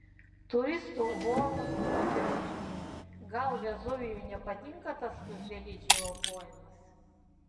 turistų voros kopia aukštyn gal vezuvijui nepatinka tas skruzdėlyčių ropojimas